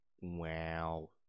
Wow